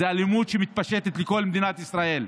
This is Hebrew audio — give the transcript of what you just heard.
זו אלימות שמתפשטת לכל מדינת ישראל.